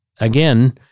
again